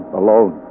alone